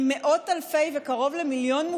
עם מאות אלפי מובטלים, קרוב למיליון,